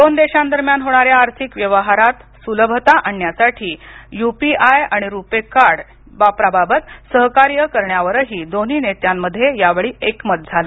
दोन देशांदरम्यान होणाऱ्या आर्थिक व्यवहारात सुलभता आणण्यासाठी युपीआय आणि रूपे कार्ड वापराबाबत सहकार्य करण्यावरही दोन्ही नेत्यांमध्ये यावेळी एकमत झालं